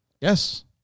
Yes